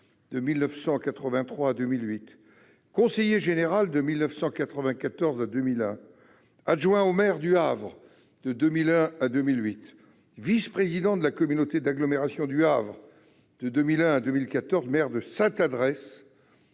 de 1983 à 2008, conseiller général de 1994 à 2001, adjoint au maire du Havre de 2001 à 2008, vice-président de la communauté d'agglomération du Havre de 2001 à 2014, maire de Sainte-Adresse